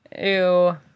Ew